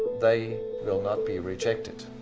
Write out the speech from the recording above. they will not be rejected.